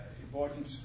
important